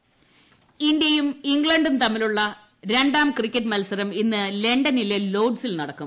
ടടട cricket ഇന്ത്യയും ഇംഗ്ലണ്ടും തമ്മിലുള്ള രണ്ടാം ക്രിക്കറ്റ് മത്സരം ഇന്ന് ലണ്ടനിലെ ലോഡ്സിൽ നടക്കും